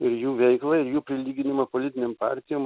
ir jų veiklą ir jų prilyginimą politinėm partijom